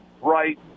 right